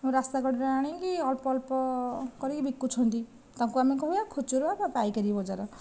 ରାସ୍ତାକଡ଼ରେ ଆଣିକି ଅଳ୍ପ ଅଳ୍ପ କରିକି ବିକୁଛନ୍ତି ତାକୁ ଆମେ କହିବା ଖୁଚୁରା ବା ପାଇକରୀ ବଜାର